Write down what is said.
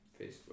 Facebook